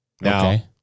now